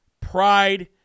pride